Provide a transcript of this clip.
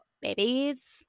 babies